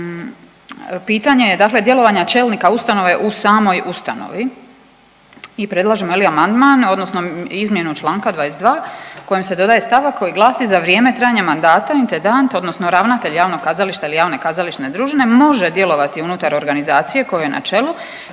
pitanje je dakle djelovanja čelnika ustanove u samoj ustanovi i predlažemo, je li, amandman odnosno izmjenu čl. 22 kojem se dodaje stavak koji glasi, za vrijeme trajanja mandata intendanta ili ravnatelja javnog kazališta ili javne kazališne družine, može djelovati unutar organizacije kojoj je na čelu,